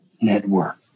Network